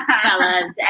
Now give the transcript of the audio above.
fellas